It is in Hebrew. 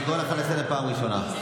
אני קורא אותך לסדר פעם ראשונה.